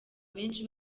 benshi